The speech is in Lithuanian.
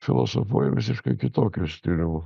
filosofuoja visiškai kitokiu stilium